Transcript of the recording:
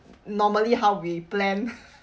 normally how we plan